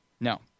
No